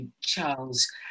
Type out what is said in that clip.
Charles